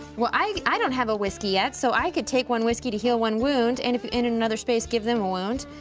well i, i don't have a whiskey yet, so i could take one whiskey to heal one wound and if in another space, give them a wound.